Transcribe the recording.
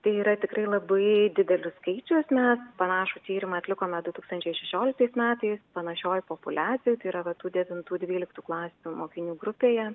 tai yra tikrai labai didelis skaičius mes panašų tyrimą atlikome du tūkstančiai šešioliktais metais panašioj populiacijoj yra tų devintų dvyliktų klasių mokinių grupėje